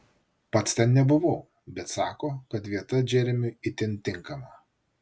pats ten nebuvau bet sako kad vieta džeremiui itin tinkama